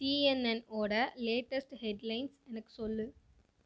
சிஎன்என்னோட latest headlines எனக்கு சொல்